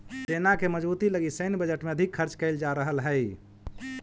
सेना के मजबूती लगी सैन्य बजट में अधिक खर्च कैल जा रहल हई